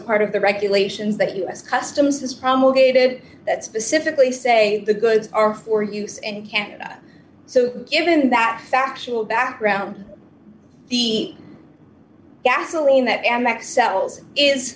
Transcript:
part of the regulations that u s customs was promulgated that specifically say the goods are for use and canada so given that factual background the gasoline that